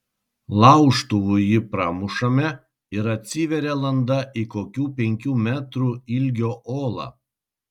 laužtuvu jį pramušame ir atsiveria landa į kokių penkių metrų ilgio olą